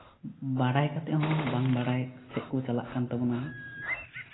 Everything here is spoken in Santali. ᱵᱟᱰᱟᱭ ᱠᱟᱛᱮᱫ ᱦᱚᱸ ᱵᱟᱝ ᱵᱟᱲᱟᱭ ᱥᱮᱫ ᱠᱚ ᱪᱟᱞᱟᱜ ᱠᱟᱱ ᱛᱟᱵᱳᱱᱟ